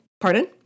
Pardon